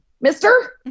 mister